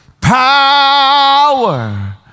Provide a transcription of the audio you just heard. power